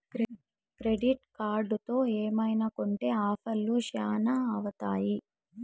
credit కార్డుతో ఏమైనా కొంటె ఆఫర్లు శ్యానా వత్తాయి